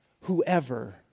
Whoever